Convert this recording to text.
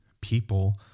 people